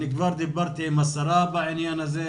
אני כבר דיברתי עם השרה בעניין הזה,